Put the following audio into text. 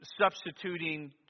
substituting